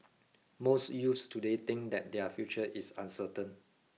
most youths today think that their future is uncertain